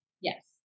Yes